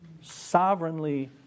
sovereignly